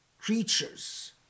creatures